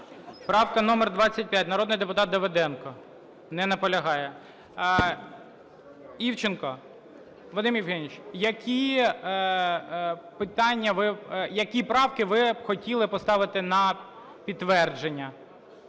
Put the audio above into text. Правка номер 25. Народний депутат Давиденко. Не наполягає. Івченко! Вадим Євгенович, які питання ви… які правки ви хотіли поставити на підтвердження?